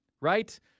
right